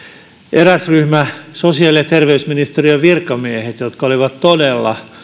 eräs ryhmä on sosiaali ja terveysministeriön virkamiehet jotka olivat todella